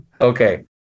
Okay